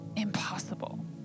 impossible